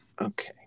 Okay